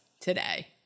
today